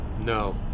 No